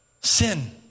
sin